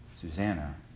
Susanna